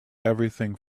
everything